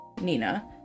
nina